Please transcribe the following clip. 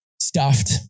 stuffed